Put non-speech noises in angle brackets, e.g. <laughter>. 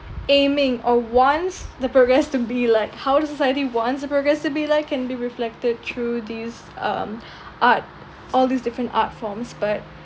aiming or wants the progress to be like how the society wants the progress to be like can be reflected through these um <breath> art all these different art forms but